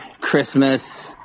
Christmas